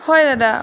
হয় দাদা